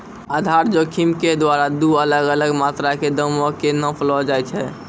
आधार जोखिम के द्वारा दु अलग अलग मात्रा के दामो के नापलो जाय छै